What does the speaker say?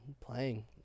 playing